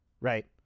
right